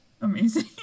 amazing